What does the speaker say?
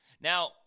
Now